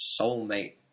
soulmate